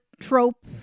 trope